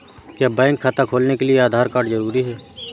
क्या बैंक खाता खोलने के लिए आधार कार्ड जरूरी है?